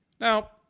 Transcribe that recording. Now